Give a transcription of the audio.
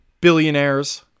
billionaires